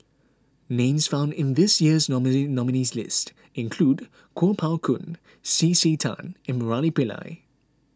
names found in this years nominate nominees' list include Kuo Pao Kun C C Tan and Murali Pillai